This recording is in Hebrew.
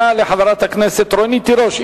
תודה לחברת הכנסת רונית תירוש.